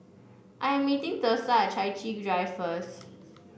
I am meeting Thursa Chai Chee Drive first